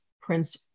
Prince